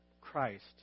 Christ